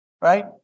right